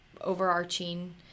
overarching